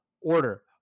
order